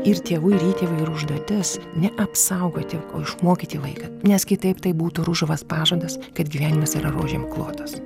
ir tėvų ir įtėvių yra užduotis ne apsaugoti o išmokyti vaiką nes kitaip tai būtų ružavas pažadas kad gyvenimas yra rožėm klotas